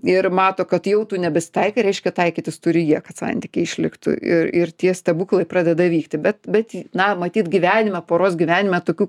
ir mato kad jau tu nebesitaikai reiškia taikytis turi jie kad santykiai išliktų ir ir tie stebuklai pradeda vykti bet bet na matyt gyvenime poros gyvenime tokių